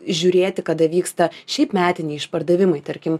žiūrėti kada vyksta šiaip metiniai išpardavimai tarkim